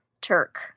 Turk